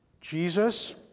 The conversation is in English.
Jesus